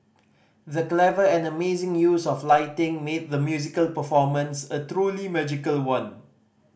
the clever and amazing use of lighting made the musical performance a truly magical one